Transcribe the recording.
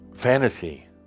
Fantasy